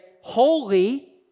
holy